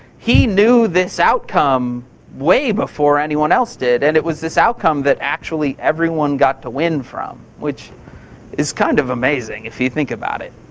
he knew this outcome way before anyone else did and it was this outcome that actually everyone got to win from, which is kind of amazing if you think about it.